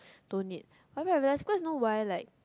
don't need but after I realise cause you know why like